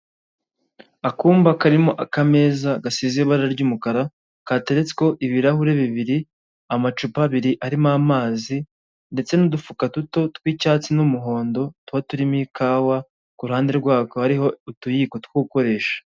Akumba karimo akameza gasize ibara ry'umukara kateretseho ibirahuri bibiri, amacupa abiri arimo amazi ndetse n'udufuka duto tw'icyatsi n'umuhondo tuba turimo ikawa, ku ruhande rw'ako hariho utuyiko two gukoresha.